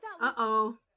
Uh-oh